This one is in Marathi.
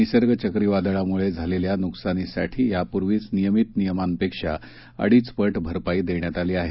निसर्ग चक्रीवादळामुळे झालेल्या नुकसानीसाठी यापूर्वीच नियमित नियमांपेक्षा अडीच पट भरपाई देण्यात आली आहे